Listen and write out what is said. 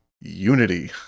Unity